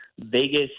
Vegas